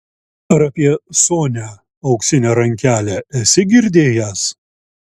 ar apie sonią auksinę rankelę esi girdėjęs